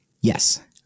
Yes